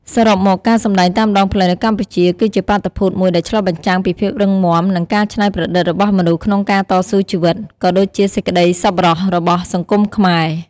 សរុបមក ការសម្ដែងតាមដងផ្លូវនៅកម្ពុជា គឺជាបាតុភូតមួយដែលឆ្លុះបញ្ចាំងពីភាពរឹងមាំ និងការច្នៃប្រឌិតរបស់មនុស្សក្នុងការតស៊ូជីវិត ក៏ដូចជាសេចក្តីសប្បុរសរបស់សង្គមខ្មែរ។